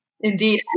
Indeed